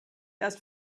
erst